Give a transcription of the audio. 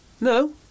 No